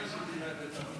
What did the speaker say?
אני עשיתי להם את,